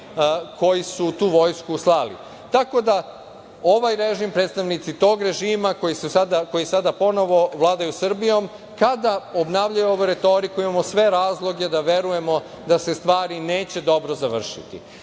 koji su u tu vojsku slali. Tako da, ovaj režim, predstavnici tog režima, koji sada ponovo vladaju Srbijom, kada obnavljaju ovu retoriku imamo sve razloge da verujemo da se stvari neće dobro završiti.